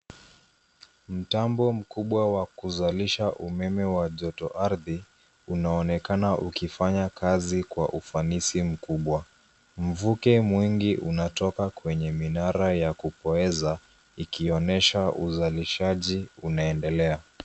Mtambo mkubwa wa kuzalisha umeme wa joto ardhi, unaonekana ukifanya kazi kwa ufanisi mkubwa. Mvuke mwingi unatoka kwenye minara ya kupoweza, ikionyesha uzalishaji unaendelea.